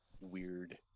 weird